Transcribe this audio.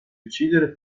uccidere